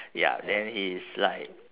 ya then he's like